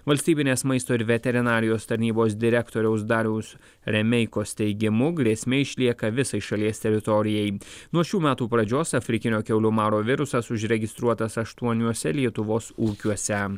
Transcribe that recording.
valstybinės maisto ir veterinarijos tarnybos direktoriaus dariaus remeikos teigimu grėsmė išlieka visai šalies teritorijai nuo šių metų pradžios afrikinio kiaulių maro virusas užregistruotas aštuoniuose lietuvos ūkiuose